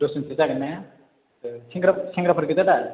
दसज'नसो जागोन ना अ सेंग्राफोर गोजा दा